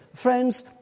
Friends